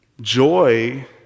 Joy